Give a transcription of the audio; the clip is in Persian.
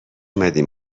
اومدی